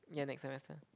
yeah next semester